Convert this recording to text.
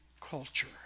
culture